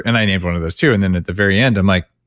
and i named one of those too, and then at the very end, i'm like